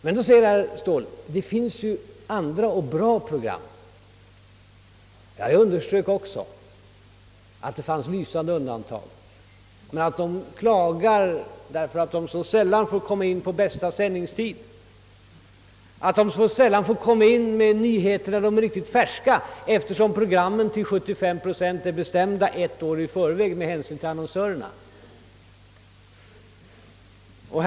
Då genmäler herr Ståhl att det också förekommer goda program, Även jag framhöll att det finns lysande undantag men att producenterna av sådana program klagar, eftersom de så sällan får komma in på bästa sändningstid och därför att t.ex. reportagen sällan får sändas när de är riktigt färska på grund av att programmen med hänsyn till annonsörerna i 75 procent av fallen har fastställts ett år i förväg.